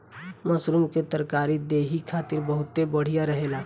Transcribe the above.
mushroom के तरकारी देहि खातिर बहुते बढ़िया रहेला